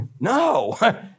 No